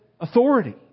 authority